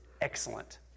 excellent